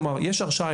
כלומר יש הרשעה,